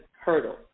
hurdle